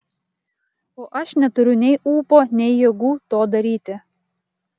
o aš neturiu nei ūpo nei jėgų to daryti